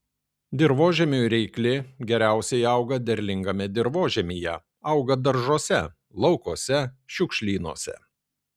dirvožemiui reikli geriausiai auga derlingame dirvožemyje auga daržuose laukuose šiukšlynuose